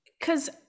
cause